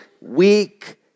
weak